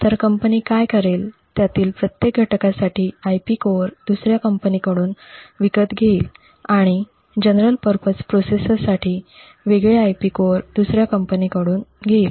तर कंपनी काय करेल त्यातील प्रत्येक घटकासाठी IP कोअर् दुसर्या कंपनीकडून विकत घेईल आणि general purpose processor साठी वेगळे IP कोअर् दुसऱ्या कंपनी कडून घेईल